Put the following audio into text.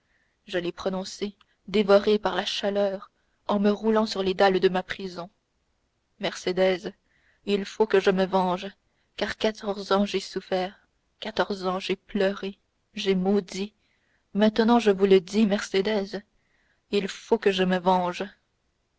je l'ai prononcé dévoré par la chaleur en me roulant sur les dalles de ma prison mercédès il faut que je me venge car quatorze ans j'ai souffert quatorze ans j'ai pleuré j'ai maudit maintenant je vous le dis mercédès il faut que je me venge